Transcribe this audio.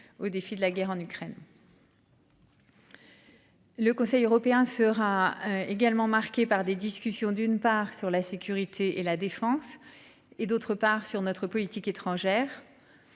au défi de la guerre en Ukraine.-- Le Conseil européen sera également marquée par des discussions d'une part sur la sécurité et la défense. Et d'autre part sur notre politique étrangère.